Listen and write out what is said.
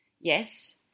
Yes